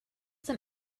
some